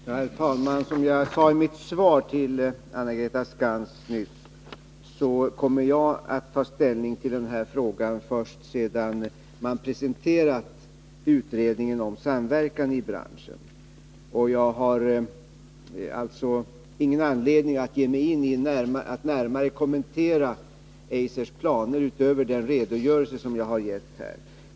Herr talman! Som jag sade i mitt svar till Anna-Greta Skantz kommer jag att ta ställning till den här frågan först sedan man presenterat utredningen om samverkan i branschen. Jag har alltså ingen anledning att närmare kommentera Eisers planer utöver den redogörelse som jag här gett.